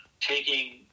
taking